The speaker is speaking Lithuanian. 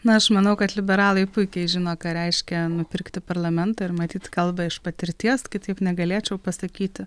na aš manau kad liberalai puikiai žino ką reiškia nupirkti parlamentą ir matyt kalba iš patirties kitaip negalėčiau pasakyti